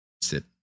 sit